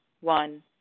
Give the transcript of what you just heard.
One